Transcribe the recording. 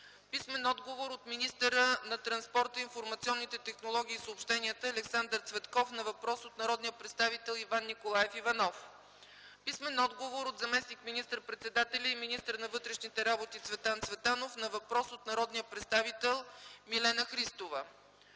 Иванов; - министъра на транспорта, информационните технологии и съобщенията Александър Цветков на въпрос от народния представител Иван Николаев Иванов; - заместник министър-председателя и министър на вътрешните работи Цветан Цветанов на въпрос от народния представител Милена Христова;